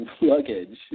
luggage